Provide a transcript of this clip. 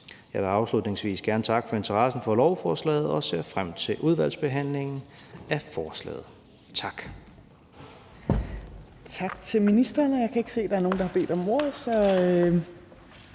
Jeg vil afslutningsvis gerne takke for interessen for lovforslaget og ser frem til udvalgsbehandlingen af forslaget. Tak. Kl. 14:52 Tredje næstformand (Trine Torp): Tak til ministeren, og jeg kan ikke se, at der er nogen, der har bedt om ordet.